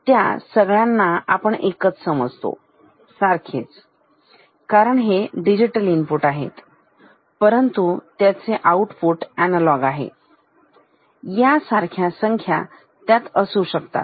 त्या सगळ्यांना आपण एकच समजतो सारखेच कारण हे डिजिटल इनपुट आहेत परंतु त्याचे आउटपुट अनालॉग आहे यासारख्या संख्या त्यात असू शकतात